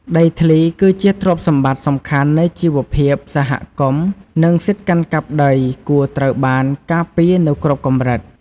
ដីធ្លីគឺជាទ្រព្យសម្បត្តិសំខាន់នៃជីវភាពសហគមន៍ និងសិទ្ធិកាន់កាប់ដីគួរត្រូវបានការពារនៅគ្រប់កម្រិត។